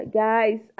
guys